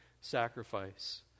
sacrifice